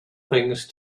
things